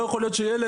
לא יכול להיות שילד,